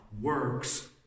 works